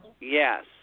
Yes